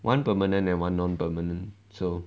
one permanent and one non permanent so